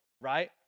right